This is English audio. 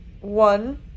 One